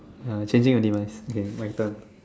ya changing of device okay why term